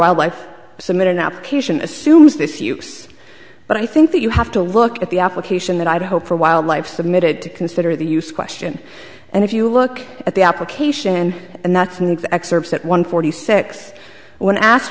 wildlife submit an application assumes this use but i think that you have to look at the application that i hope for wildlife submitted to consider the use question and if you look at the application and that's an excerpt at one forty six when ask